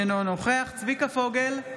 אינו נוכח צביקה פוגל,